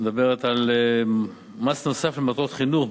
מדברת על מס נוסף למטרות חינוך,